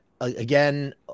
again